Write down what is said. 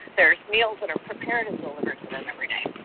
there's meals that are prepared and delivered to them every day.